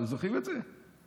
אתם זוכרים את זה?